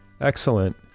excellent